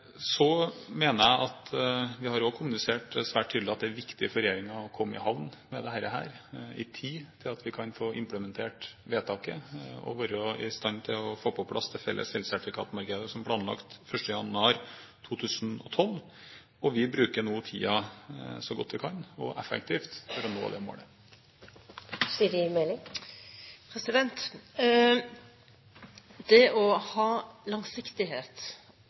Så mener jeg at vi også har kommunisert svært tydelig at det er viktig for regjeringen å komme i havn med dette i tide til at vi kan få implementert vedtaket og være i stand til å få på plass det felles elsertifikatmarkedet som planlagt 1. januar 2012. Vi bruker nå tiden så godt og så effektivt vi kan for å nå det målet. Det å ha langsiktighet, forutsigbarhet, for de